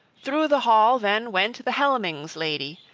through the hall then went the helmings' lady,